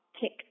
tick